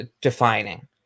defining